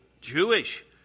Jewish